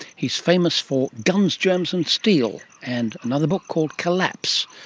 he's famous for guns, germs and steel, and another book called collapse,